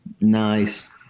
Nice